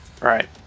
Right